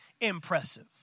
impressive